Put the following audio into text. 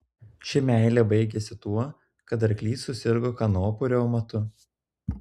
ši meilė baigėsi tuo kad arklys susirgo kanopų reumatu